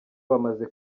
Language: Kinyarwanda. bamaze